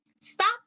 stop